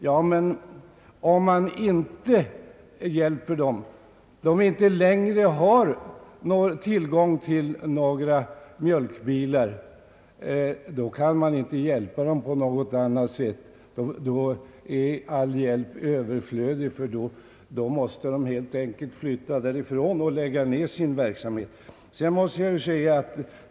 Ja, men om man inte hjälper dem och utvecklingen blir sådan att det inte längre finns tillgång till mjölkbilar i dessa bygder, då kan man inte heller hjälpa dem på något annat sätt eftersom all hjälp i så fall blir överflödig. Verksam heten måste läggas ned och människorna får helt enkelt flytta till andra orter.